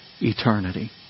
eternity